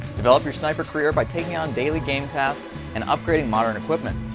develop your sniper career by taking on daily game tasks and upgrading modern equipment.